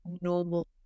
normal